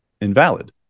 invalid